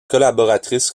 collaboratrice